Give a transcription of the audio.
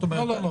לא,